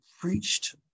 preached